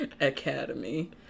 Academy